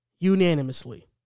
unanimously